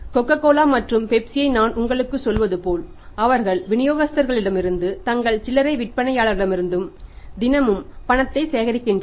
cocoa Cola மற்றும் பெப்சியை நான் உங்களுக்குச் சொல்வது போல் அவர்கள் விநியோகஸ்தர்களிடமிருந்து தங்கள் சில்லறை விற்பனையாளர்களிடமிருந்து தினமும் பணத்தை சேகரிக்கின்றனர்